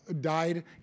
died